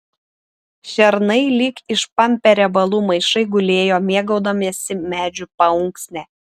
šernai lyg išpampę riebalų maišai gulėjo mėgaudamiesi medžių paunksne